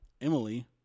Emily